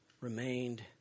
remained